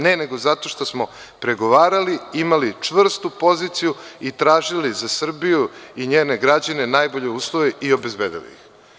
Ne, nego zato što smo pregovarali, imali čvrstu poziciju i tražili za Srbiju i njene građane najbolje uslove i obezbedili ih.